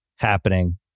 happening